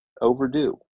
overdue